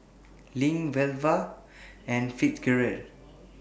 LINK Velva and Fitzgerald